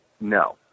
no